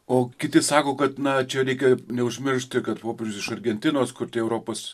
o kiti sako kad na čia reikia neužmiršti kad popierius iš argentinos kur tie europos